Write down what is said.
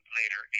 later